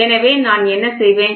எனவே நான் என்ன செய்வேன்